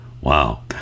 Wow